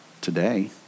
today